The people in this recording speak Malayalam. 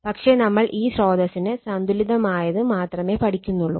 പക്ഷെ നമ്മൾ ഈ സ്രോതസ്സിന് സന്തുലിതമായത് മാത്രമേ പടിക്കുന്നോള്ളൂ